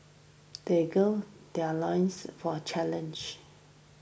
they gird their loins for challenge